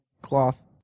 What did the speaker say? cloth